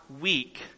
weak